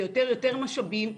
יותר משאבים,